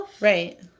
Right